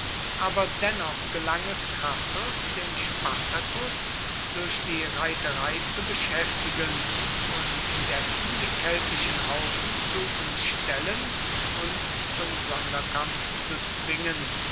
aber dennoch gelang es crassus den spartacus durch die reiterei zu beschäftigen und indessen die keltischen haufen zu umstellen und zum sonderkampf zu zwingen